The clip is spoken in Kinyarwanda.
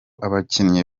abakinnyi